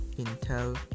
Intel